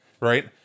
right